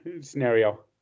scenario